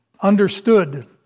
understood